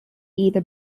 either